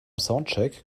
soundcheck